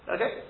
Okay